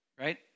right